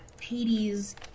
Hades